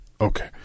Okay